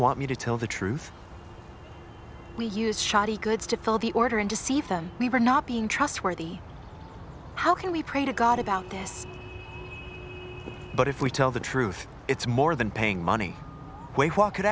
want me to tell the truth we use shoddy goods to fill the order and deceive them we were not being trustworthy how can we pray to god about this but if we tell the truth it's more than paying money could